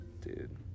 dude